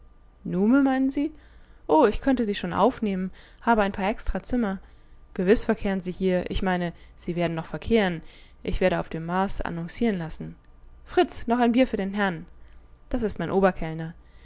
nume meinen sie oh ich könnte sie schon aufnehmen habe ein paar extrazimmer gewiß verkehren sie hier ich meine sie werden noch verkehren ich werde auf dem mars annoncieren lassen fritz noch ein bier für den herrn das ist mein oberkellner